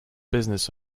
business